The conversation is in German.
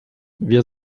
wir